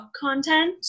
content